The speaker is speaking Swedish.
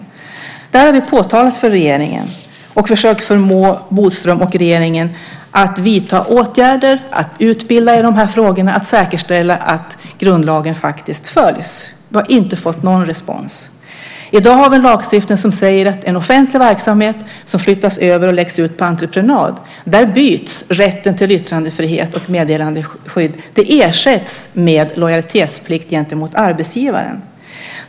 Det här har vi påtalat för regeringen och försökt förmå Bodström och regeringen att vidta åtgärder, att utbilda i de här frågorna och att säkerställa att grundlagen faktiskt följs. Vi har inte fått någon respons. I dag har vi en lagstiftning som säger att i en offentlig verksamhet som flyttas över och läggs ut på entreprenad byts rätten till yttrandefrihet och meddelarskydd ut och ersätts med lojalitetsplikt gentemot arbetsgivaren.